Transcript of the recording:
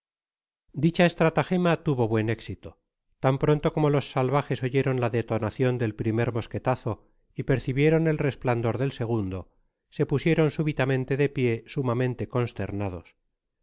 dicha estratagema tuvo buen éxito tan pronto como los salvajes oyeron la detonacion del primer mosquetazo y percibieron el resplando del segundo se pusieron súbitamente de pié sumamente consternados